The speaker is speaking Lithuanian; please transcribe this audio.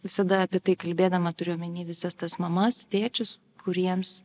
visada apie tai kalbėdama turiu omeny visas tas mamas tėčius kuriems